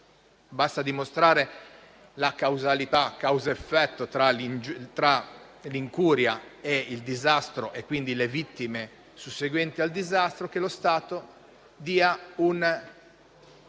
Basta dimostrare il nesso causa-effetto tra l'incuria e il disastro, e quindi le vittime susseguenti al disastro, affinché lo Stato dia un